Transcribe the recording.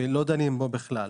ובכלל לא דנים בו.